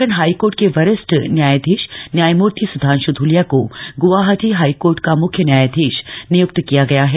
Uttarakhand high court के वरिष्ठ न्यायाधीश न्यायमूर्ति सुधांश धुलिया को गुवाहाटी हाईकोर्ट का मुख्य न्यायधीश निय्क्त किया गया है